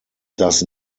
does